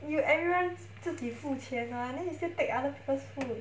you everyone 自己付钱 mah then you still take other people's food